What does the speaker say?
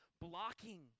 blocking